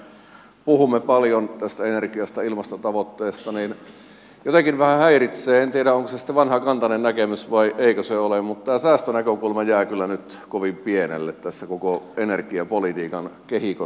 kun me puhumme paljon tästä energiasta ilmastotavoitteesta niin jotenkin vähän häiritsee en tiedä onko se sitten vanhakantainen näkemys vai eikö se ole että tämä säästönäkökulma jää kyllä nyt kovin pienelle tässä koko energiapolitiikan kehikossa